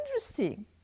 interesting